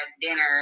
dinner